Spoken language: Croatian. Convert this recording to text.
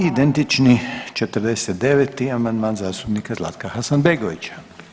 Identični 49. amandman zastupnika Zlatka Hasanbegovića.